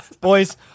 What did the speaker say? Boys